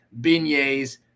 Beignets